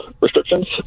restrictions